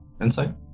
insight